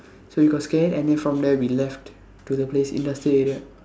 so he got scared and then from there we left to the place industrial area